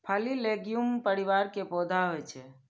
फली लैग्यूम परिवार के पौधा होइ छै